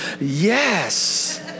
yes